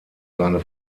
seine